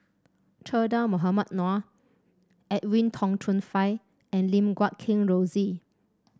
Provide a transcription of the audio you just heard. Che Dah Mohamed Noor Edwin Tong Chun Fai and Lim Guat Kheng Rosie